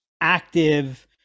active